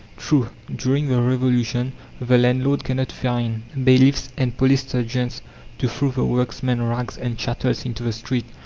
true, during the revolution the landlord cannot find bailiffs and police-sergeants to throw the workman's rags and chattels into the street,